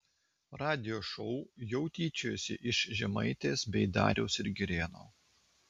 radijo šou jau tyčiojasi iš žemaitės bei dariaus ir girėno